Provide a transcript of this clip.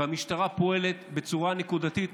והמשטרה פועלת בצורה נקודתית,